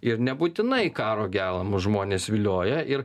ir nebūtinai karo genamus žmones vilioja ir